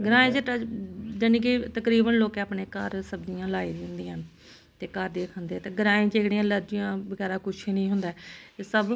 ग्रांएं च जानि के तकरीबन लोकें अपने घर सबदियां लेई दियां होंदियां न ते घर दी गै खंदे न ते ग्राएं च ऐह्जड़ियां ऐलार्जीयां बगैरा कुश नी होंदा ऐ एह सब